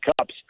cups